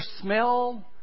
smell